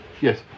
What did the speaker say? yes